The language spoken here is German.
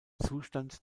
zustand